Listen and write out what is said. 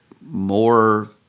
more